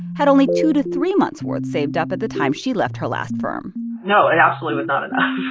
had only two to three month's worth saved up at the time she left her last firm no, it absolutely was not enough.